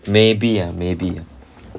maybe ah maybe ah